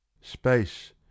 Space